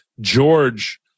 George